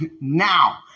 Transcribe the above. now